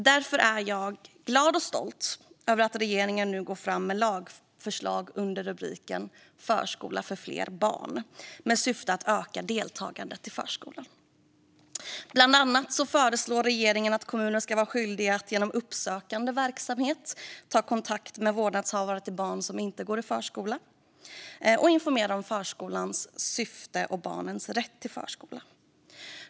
Därför är jag glad och stolt över att regeringen nu går fram med lagförslag under rubriken Förskola för fler barn, med syfte att öka deltagandet i förskolan. Bland annat föreslår regeringen att kommunerna ska vara skyldiga att genom uppsökande verksamhet ta kontakt med vårdnadshavare till barn som inte går i förskola och informera om förskolans syfte och barnens rätt till förskola.